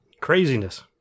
craziness